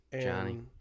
Johnny